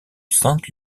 sainte